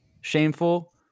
shameful